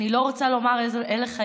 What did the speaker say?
אני רוצה לא לומר אילו חיים.